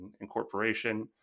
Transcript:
incorporation